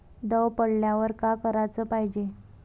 दव पडल्यावर का कराच पायजे?